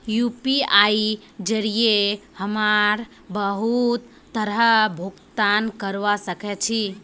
यूपीआईर जरिये हमरा बहुत तरहर भुगतान करवा सके छी